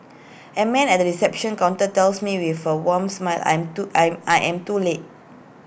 A man at the reception counter tells me with A wan smile I'm I am too late